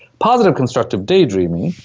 positive constructive daydreaming.